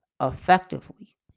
effectively